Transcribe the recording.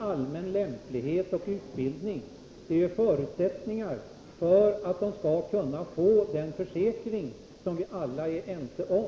Allmän lämplighet och utbildning är förutsättningar för att fastighetsmäklarna skall kunna få den försäkring som vi alla är ense om.